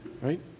Right